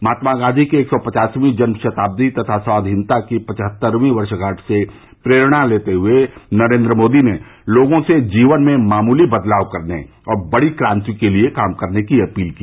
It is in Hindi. महात्मा गांधी की एक सौं पचासवीं जन्म शताब्दी तथा स्वाधीनता की पचहत्तरवीं वर्षगांठ से प्रेरणा लेते हुए नरेन्द्र मोदी ने लोगों से जीवन मे मामूली बदलाव करने और बड़ी क्रांति के लिए काम करने की अपील की